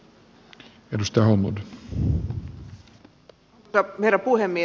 arvoisa herra puhemies